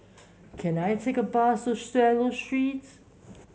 can I take a bus to Swallow Street